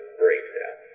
breakdown